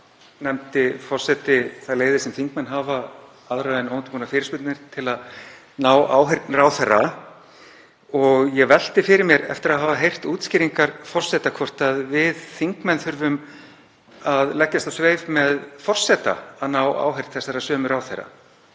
nefndi forseti þær leiðir sem þingmenn hafa aðrar en óundirbúnar fyrirspurnir til að ná áheyrn ráðherra. Ég velti fyrir mér eftir að hafa heyrt útskýringar forseta, hvort við þingmenn þurfum að leggjast á sveif með forseta að ná áheyrn þessara sömu ráðherra,